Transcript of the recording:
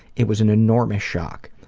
it was an enormous shock.